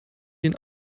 den